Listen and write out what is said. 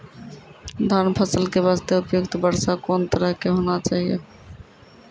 धान फसल के बास्ते उपयुक्त वर्षा कोन तरह के होना चाहियो?